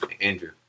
Andrew